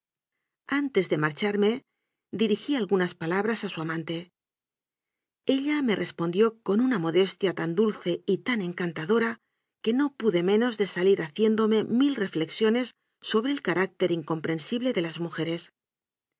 antes de mar charme dirigí algunas palabras a su amante ella me respondió con una modestia tan dulce y tan encantadora que no pude menos de salir ha ciéndome mil reflexiones sobre el carácter incom prensible de las mujeres